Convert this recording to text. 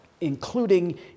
including